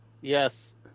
yes